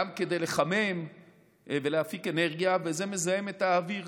גם כדי לחמם ולהפיק אנרגיה, וזה מזהם את האוויר